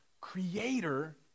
creator